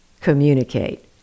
communicate